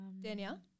Danielle